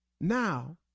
Now